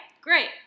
Great